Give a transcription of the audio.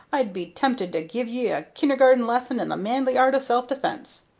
i'd be tempted to give you a kindergarten lesson in the manly art of self-defence.